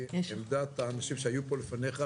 עמדת האנשים שהיו פה לפניך,